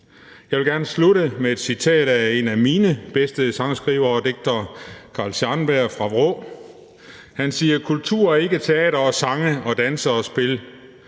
Jeg vil gerne afslutte med et citat af en af mine bedste sangskrivere og digtere, Carl Scharnberg fra Vrå. Han siger: »Kultur er ikke teater og sange/ og danse og spil./